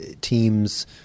teams